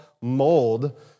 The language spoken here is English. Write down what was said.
mold